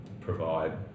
provide